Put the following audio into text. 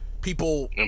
People